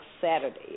Saturday